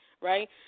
right